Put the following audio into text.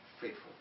faithful